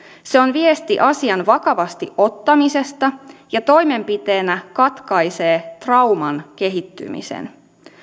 se on viesti asian vakavasti ottamisesta ja toimenpiteenä katkaisee trauman kehittymisen